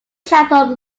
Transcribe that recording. chapel